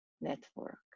network